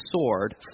sword